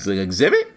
Exhibit